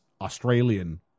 Australian